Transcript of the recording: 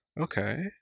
Okay